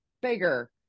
bigger